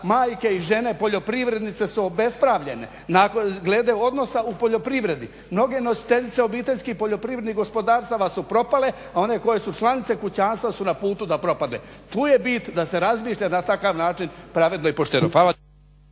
majke i žene poljoprivrednice su obespravljene glede odnosa u poljoprivredi. Mnoge nositeljice OPG-a su propale, a one koje su članice kućanstva su na putu da propadnu. Tu je bit da se razmišlja na takav način pravedno i pošteno.